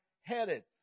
headed